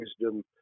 wisdom